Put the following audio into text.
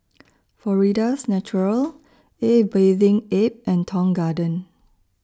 Florida's Natural A Bathing Ape and Tong Garden